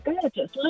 gorgeous